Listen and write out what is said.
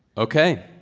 ok.